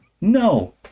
No